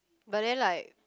but then like